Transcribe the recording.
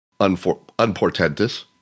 unportentous